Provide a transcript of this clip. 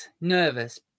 nervous